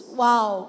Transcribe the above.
wow